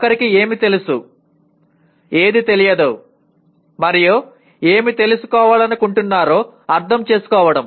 ఒకరికి ఏమి తెలుసు ఏది తెలియదు మరియు ఏమి తెలుసుకోవాలనుకుంటున్నారో అర్థం చేసుకోవడం